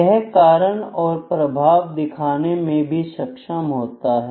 यह कारण और प्रभाव दिखाने में भी सक्षम होते हैं